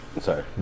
sorry